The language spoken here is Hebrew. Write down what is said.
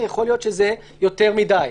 יכול להיות שזה יותר מדי.